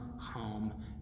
home